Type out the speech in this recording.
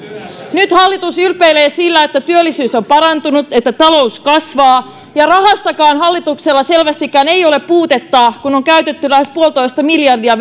nyt hallitus ylpeilee sillä että työllisyys on parantunut että talous kasvaa ja rahastakaan hallituksella selvästikään ei ole puutetta kun on käytetty lähes puolitoista miljardia